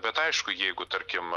bet aišku jeigu tarkim